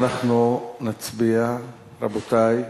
אנחנו נצביע, רבותי.